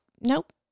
Nope